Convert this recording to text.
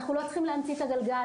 אנחנו לא צריכים להמציא את הגלגל,